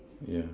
yeah